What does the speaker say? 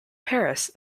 paris